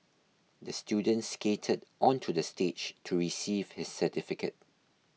the student skated onto the stage to receive his certificate